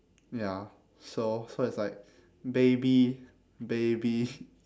ya so so it's like baby baby